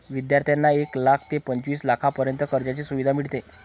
विद्यार्थ्यांना एक लाख ते पंचवीस लाखांपर्यंत कर्जाची सुविधा मिळते